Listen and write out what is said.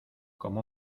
como